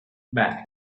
back